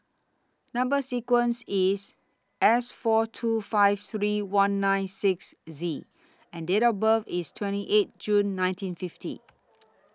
Number sequence IS S four two five three one nine six Z and Date of birth IS twenty eight June nineteen fifty